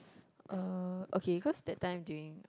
uh okay cause that time during